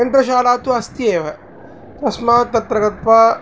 यन्त्रशाला तु अस्ति एव तस्मात् तत्र गत्वा